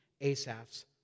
Asaph's